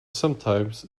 sometimes